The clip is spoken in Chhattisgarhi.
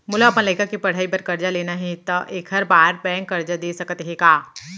मोला अपन लइका के पढ़ई बर करजा लेना हे, त एखर बार बैंक करजा दे सकत हे का?